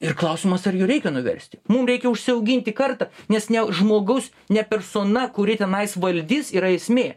ir klausimas ar jį reikia nuversti mum reikia užsiauginti kartą nes ne žmogus ne persona kuri tenais valdys yra esmė